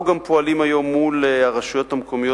אנחנו גם פועלים היום מול הרשויות המקומיות